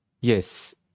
Yes